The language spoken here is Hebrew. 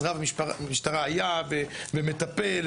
אז רב ניצב משטרה היה והוא מטפל,